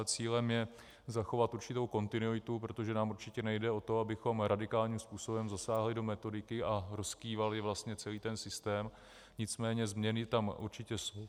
Cílem je zachovat určitou kontinuitu, protože nám určitě nejde o to, abychom radikálním způsobem zasáhli do metodiky a rozkývali vlastně celý ten systém, nicméně změny tam určitě jsou.